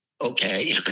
okay